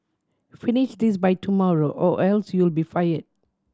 finish this by tomorrow or else you'll be fire